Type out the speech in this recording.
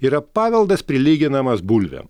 yra paveldas prilyginamas bulvėm